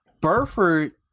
burford